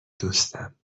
دوستم